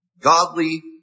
godly